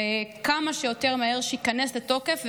וכמה שיותר מהר שייכנס לתוקף,